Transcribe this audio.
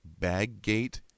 Baggate